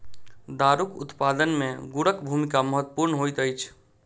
दारूक उत्पादन मे गुड़क भूमिका महत्वपूर्ण होइत अछि